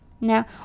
Now